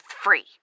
free